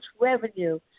revenue